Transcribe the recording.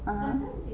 (uh huh)